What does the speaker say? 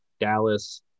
Dallas